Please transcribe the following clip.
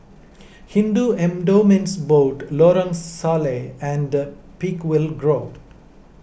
Hindu Endowments Board Lorong Salleh and Peakville Grove